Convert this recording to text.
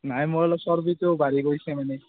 নাই মোৰ অলপ চৰ্বিতো বাঢ়ি গৈছে মানে